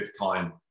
Bitcoin